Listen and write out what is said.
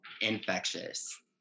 infectious